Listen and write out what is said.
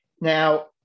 Now